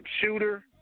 Shooter